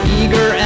eager